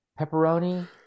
pepperoni